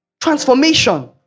transformation